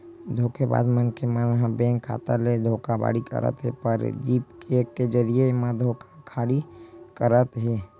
धोखेबाज मनखे मन ह बेंक खाता ले धोखाघड़ी करत हे, फरजी चेक के जरिए म धोखाघड़ी करत हे